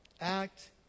act